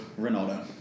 Ronaldo